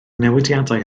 newidiadau